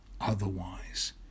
otherwise